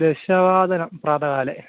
दशवादने प्रातःकाले